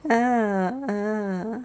ah ah